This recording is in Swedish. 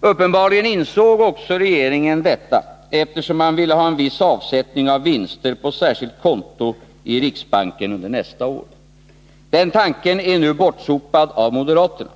Uppenbarligen insåg också regeringen detta, eftersom man ville ha en viss avsättning av vinster på särskilt konto i riksbanken under nästa år. Denna tanke är nu bortsopad av moderaterna.